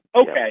Okay